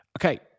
Okay